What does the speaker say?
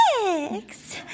six